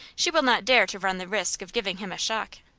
she will not dare to run the risk of giving him a shock.